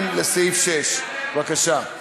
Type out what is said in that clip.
(2) לסעיף 6, בבקשה.